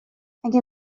اگه